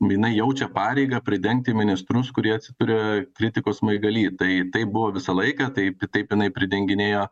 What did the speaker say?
jinai jaučia pareigą pridengti ministrus kurie atsidūrė kritikos smaigaly tai taip buvo visą laiką taip taip jinai pridenginėjo